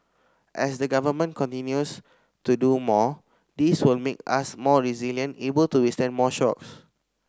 as the Government continues to do more this will make us more resilient able to withstand more shocks